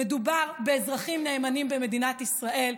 מדובר באזרחים נאמנים במדינת ישראל.